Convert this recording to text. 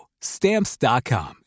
Stamps.com